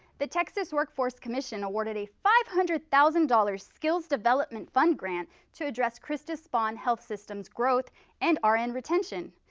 the texas workforce commission awarded a five hundred thousand dollar skills development fund grant to address christus spohn health systems growth and rn and retention.